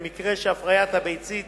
במקרה שהפריית הביצית